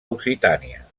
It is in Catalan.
occitània